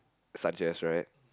Sanchez right